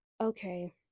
Okay